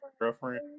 girlfriend